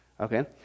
okay